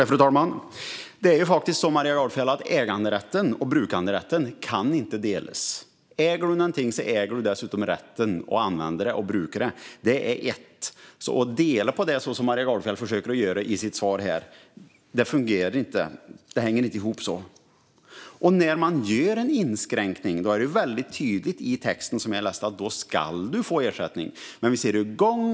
Fru talman! Det är faktiskt så att äganderätten och brukanderätten inte kan delas upp. Äger du någonting äger du dessutom rätten att bruka det. De två är ett, och att dela upp dem så som Maria Gardfjell försöker göra i sitt svar fungerar inte. Det hänger inte ihop på det sättet. Det framgår tydligt i den text jag läste att du ska få ersättning när det görs en inskränkning.